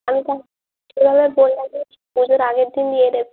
আমি তাও এভাবে বলা যায় পুজোর আগের দিন নিয়ে নেবে